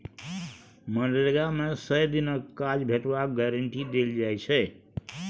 मनरेगा मे सय दिनक काज भेटबाक गारंटी देल जाइ छै